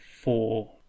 four